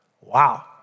Wow